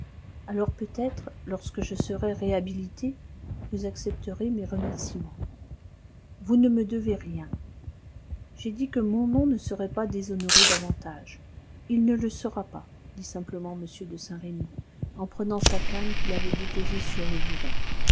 alors peut-être lorsque je serai réhabilité vous accepterez mes remerciements vous ne me devez rien j'ai dit que mon nom ne serait pas déshonoré davantage il ne le sera pas dit simplement m de saint-remy en prenant sa canne qu'il avait déposée sur le bureau